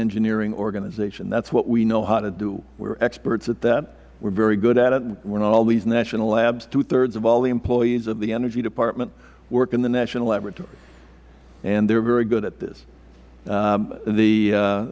engineering organization that is what we know how to do we are experts at that we are very good at it in all these national labs two thirds of all the employees of the energy department work in the national laboratory and they are very good at this the